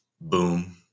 boom